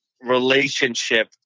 relationship